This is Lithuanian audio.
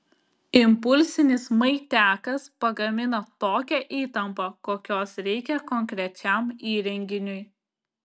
impulsinis maitiakas pagamina tokią įtampą kokios reikia konkrečiam įrenginiui